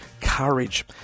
courage